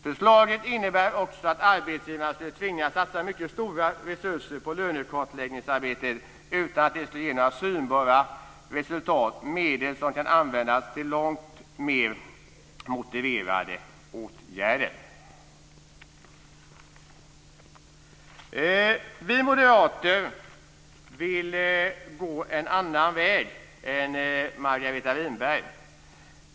Förslaget innebär också att arbetsgivarna skulle tvingas satsa mycket stora resurser på lönekartläggningsarbetet utan att det skulle ge några synbara resultat, medel som kan användas till långt mer motiverade åtgärder. Vi moderater vill gå en annan väg än Margareta Winberg.